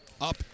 up